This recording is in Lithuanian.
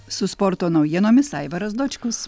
su sporto naujienomis aivaras dočkus